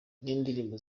n’indirimbo